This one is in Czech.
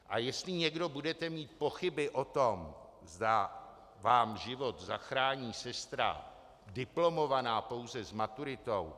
A jestli někdo budete mít pochyby o tom, zda vám život zachrání sestra diplomovaná pouze s maturitou...